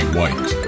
White